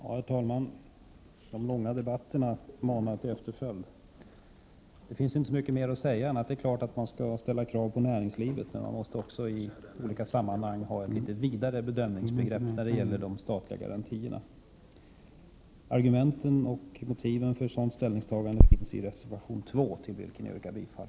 Herr talman! De långa debatterna manar till eftertanke. Det finns inte mycket mer att säga än att det är klart att man skall ställa krav på näringslivet. Men man måste också i olika sammanhang ha ett litet vidare bedömningsbegrepp när det gäller de statliga garantierna. Argumenten och motiven för ett sådant ställningstagande finns i reservation 2, till vilken jag yrkar bifall.